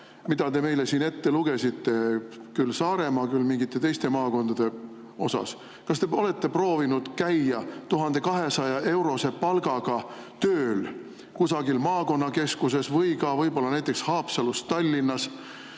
mida te meile siin ette lugesite küll Saaremaa, küll mingite teiste maakondade kohta? Kas te olete proovinud käia 1200‑eurose palga eest tööl kusagil maakonnakeskuses või näiteks Haapsalust Tallinna